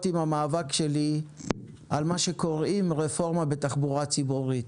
עם המאבק שלי על מה שקוראים רפורמה בתחבורה ציבורית.